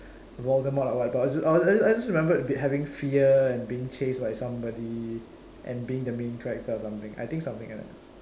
Voldermort lah but I just I just remembered having fear and being chased by somebody and being the main character or something I think something like that